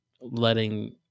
letting